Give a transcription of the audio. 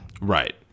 Right